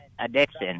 addiction